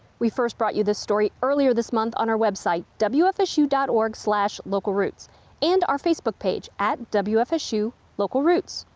we first brought you this story earlier this month on our website wfsu dot org slash local routes and our facebook page wfsu local routes.